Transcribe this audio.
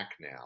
now